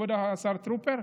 כבוד השר טרופר?